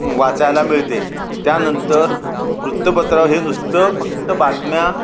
वाचायला मिळते त्यानंतर वृत्तपत्र हे नुसतं फक्त बातम्या